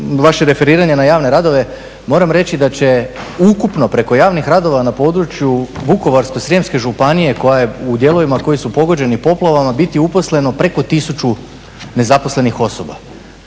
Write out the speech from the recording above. vaše referiranje na javne radove moram reći da će ukupno preko javnih radova na području Vukovarsko-srijemske županije koja je u dijelovima koji su pogođeni poplavama biti uposleno preko 1000 nezaposlenih osoba.